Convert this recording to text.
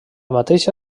mateixa